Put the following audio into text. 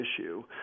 issue